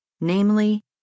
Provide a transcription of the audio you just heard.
namely